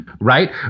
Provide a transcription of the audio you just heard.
right